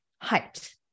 height